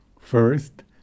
First